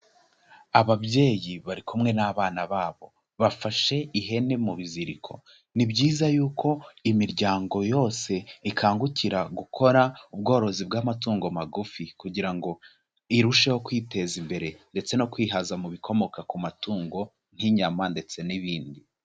Ababyeyi bari kumwe n'abana babo bafashe ihene mu biziriko, ni byiza yuko imiryango yose ikangukira gukora ubworozi bw'amatungo magufi kugira ngo irusheho kwiteza imbere ndetse no kwihaza mu bikomoka ku matungo nk'inyama ndetse n'ibindi.